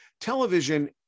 television